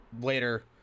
later